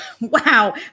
Wow